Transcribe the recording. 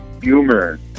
humor